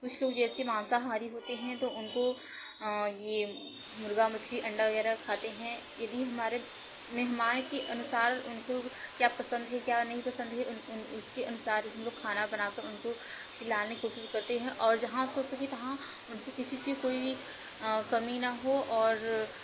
कुछ लोग जैसे मांसाहारी होते हैं तो उनको ये मुर्गा मछली अंडा वगैरह खाते हैं यदि हमारे मेहमान के अनुसार उनको क्या पसंद है क्या नहीं पसंद है उसके अनुसार उनको खाना बना कर उनको खिलाने कोशिश करते हैं और जहाँ हो सके वहाँ उनको किसी से कोई कमी ना हो और